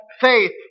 Faith